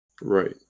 Right